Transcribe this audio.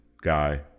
guy